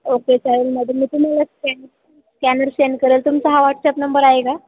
okay चालेल madam मी तुम्हाला स्कॅन स्कॅनर सेंड करेन तुमचा हा व्हॉट्सअप नंबर आहे का